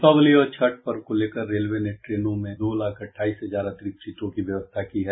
दीपावली और छठ पर्व को लेकर रेलवे ने ट्रेनों में दो लाख अठाईस हजार अतिरिक्त सीटों की व्यवस्था की है